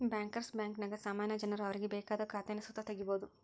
bankers ಬ್ಯಾಂಕಿನಾಗ ಸಾಮಾನ್ಯ ಜನರು ಅವರಿಗೆ ಬೇಕಾದ ಖಾತೇನ ಸುತ ತಗೀಬೋದು